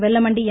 Vellamandi என்